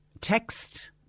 text